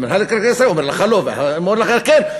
מינהל מקרקעי ישראל אומר לך לא ואומר לך כן.